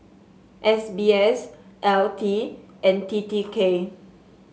S B S L T and T T K